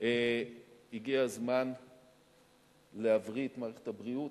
הגיע הזמן להבריא את מערכת הבריאות,